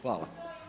Hvala.